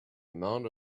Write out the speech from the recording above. amount